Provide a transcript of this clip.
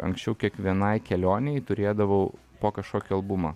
anksčiau kiekvienai kelionei turėdavau po kažkokį albumą